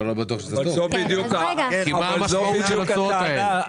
חלק מהזיהומים הם זיהומים היסטוריים.